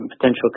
potential